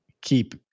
keep